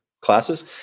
classes